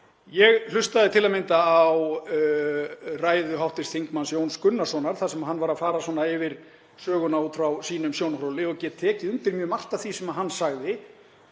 Ég hlustaði til að mynda á ræðu hv. þm. Jóns Gunnarssonar þar sem hann fór yfir söguna út frá sínum sjónarhóli og get tekið undir mjög margt af því sem hann sagði.